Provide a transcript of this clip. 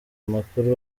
amakuru